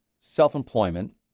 self-employment